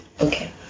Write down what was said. Okay